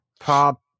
pop